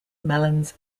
melons